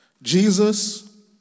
Jesus